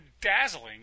dazzling